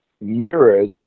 mirrors